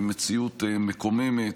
היא מציאות מקוממת.